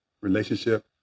relationship